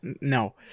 No